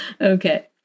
Okay